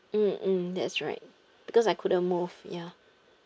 mm mm that's right because I couldn't move ya